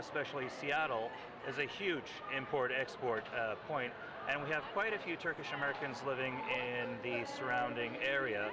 especially seattle is a huge import export point and we have quite a few turkish americans living in the surrounding area